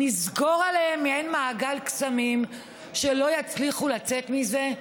נסגור עליהם במעין מעגל קסמים שהם לא יצליחו לצאת ממנו?